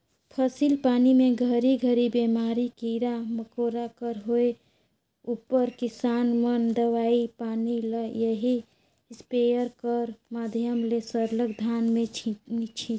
फसिल पानी मे घरी घरी बेमारी, कीरा मकोरा कर होए उपर किसान मन दवई पानी ल एही इस्पेयर कर माध्यम ले सरलग धान मे छीचे